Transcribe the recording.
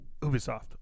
Ubisoft